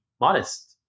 modest